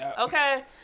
Okay